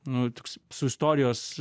nu toks su istorijos